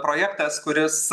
projektas kuris